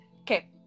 Okay